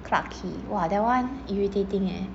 clarke quay !wah! that one irritating eh